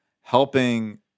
helping